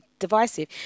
Divisive